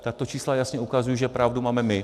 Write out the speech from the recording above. Tato čísla jasně ukazují, že pravdu máme my.